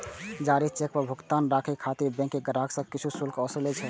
जारी चेक पर भुगतान रोकै खातिर बैंक ग्राहक सं किछु शुल्क ओसूलै छै